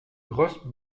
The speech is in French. grosse